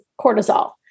cortisol